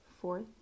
Fourth